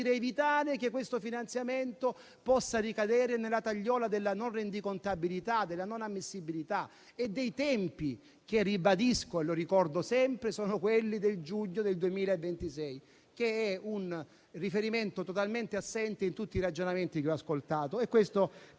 evitare che questo finanziamento possa ricadere nella tagliola della non rendicontabilità, della non ammissibilità e dei tempi che - lo ricordo sempre - sono quelli del giugno 2026. Questo è un riferimento totalmente assente in tutti i ragionamenti che ho ascoltato, ma